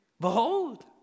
Behold